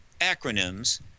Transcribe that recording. acronyms